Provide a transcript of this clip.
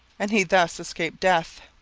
and he thus escaped death.